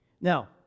Now